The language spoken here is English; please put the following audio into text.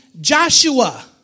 Joshua